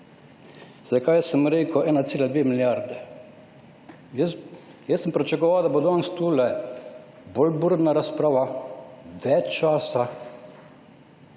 Zakaj sem rekel 1,2 milijarde? Jaz sem pričakoval, da bo danes tu bolj burna razprava, več časa.